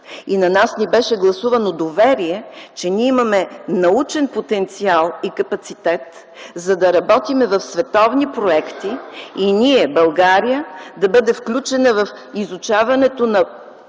На нас ни беше гласувано доверие, че ние имаме научен потенциал и капацитет, за да работим в световни проекти и ние, България, да бъде включена в изучаването на